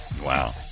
Wow